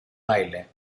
baile